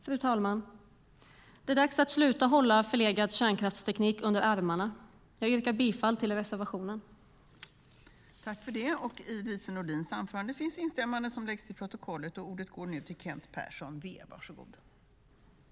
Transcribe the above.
Fru talman! Det är dags att sluta hålla förlegad kärnkraftsteknik under armarna. Jag yrkar bifall till reservationen. I detta anförande instämde Jan Lindholm .